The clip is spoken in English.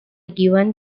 given